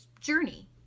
journey